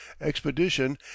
expedition